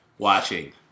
Watching